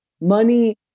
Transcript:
Money